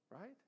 Right